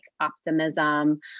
optimism